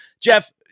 Jeff